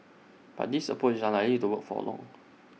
but this approach is unlikely to work for long